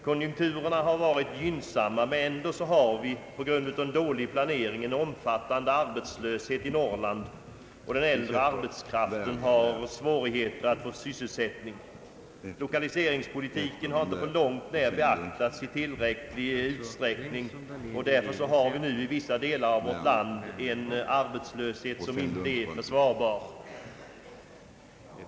Konjunkturerna har varit gynsamma, men ändå har vi, på grund av den dåliga planeringen, en omfattande arbetslöshet i Norrland, och den äldre arbetskraften har svårigheter att få sysselsättning. Lokaliseringspolitiken har inte på långt när beaktats i tillräcklig utsträckning, och därför har vi i vissa delar av vårt land en arbetslöshet som inte är försvarbar.